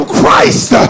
christ